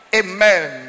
amen